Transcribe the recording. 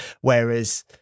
Whereas